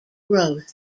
growth